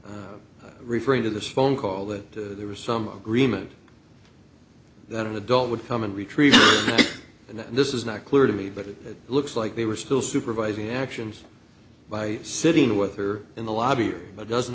that referring to this phone call that there was some agreement that an adult would come and retrieve that this is not clear to me but it looks like they were still supervising the actions by sitting with her in the lobby but doesn't